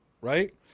right